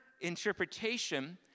interpretation